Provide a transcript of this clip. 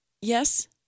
Yes